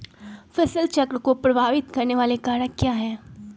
फसल चक्र को प्रभावित करने वाले कारक क्या है?